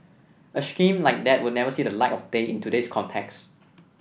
a scheme like that would never see the light of day in today's context